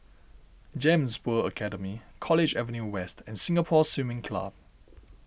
Gems World Academy College Avenue West and Singapore Swimming Club